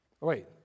wait